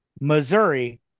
Missouri